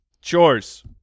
Chores